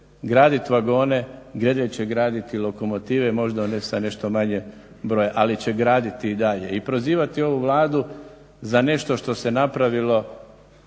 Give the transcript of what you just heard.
graditi vagone, Gredelj će graditi lokomotive. Možda one sa nešto manje broja, ali će graditi i dalje. I prozivati ovu Vladu za nešto što se napravilo